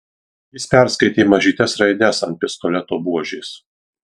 jis perskaitė mažytes raides ant pistoleto buožės